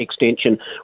extension